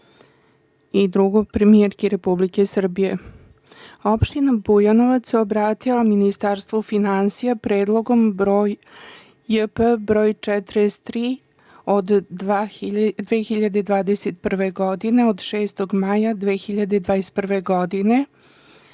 i drugo premijerki Republike Srbije. Opština Bujanovac se obratila Ministarstvu finansija predlog JP broj 43, od 6. maja 2021. godine